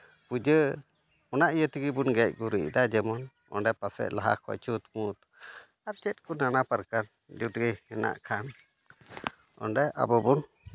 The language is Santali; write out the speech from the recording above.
ᱯᱩᱡᱟᱹ ᱚᱱᱟ ᱤᱭᱟᱹ ᱛᱮᱜᱮ ᱵᱚᱱ ᱜᱮᱡ ᱜᱩᱨᱤᱡᱫᱟ ᱡᱮᱢᱚᱱ ᱚᱸᱰᱮ ᱯᱟᱥᱮᱡ ᱞᱟᱦᱟ ᱠᱷᱚᱱ ᱪᱷᱩᱸᱛᱼᱢᱩᱛ ᱟᱨ ᱪᱮᱫ ᱠᱚ ᱱᱟᱱᱟ ᱯᱚᱨᱠᱟᱨ ᱡᱩᱫᱤ ᱦᱮᱱᱟᱜ ᱠᱷᱟᱱ ᱚᱸᱰᱮ ᱟᱵᱚ ᱵᱚᱱ